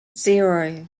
zero